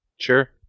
Sure